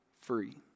free